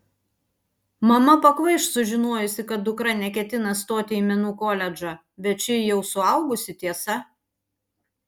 mama pakvaiš sužinojusi kad dukra neketina stoti į menų koledžą bet ši jau suaugusi tiesa